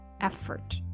effort